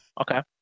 Okay